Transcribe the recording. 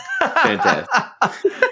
fantastic